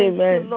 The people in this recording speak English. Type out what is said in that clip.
Amen